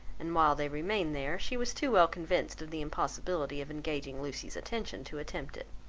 and while they remained there, she was too well convinced of the impossibility of engaging lucy's attention to attempt it.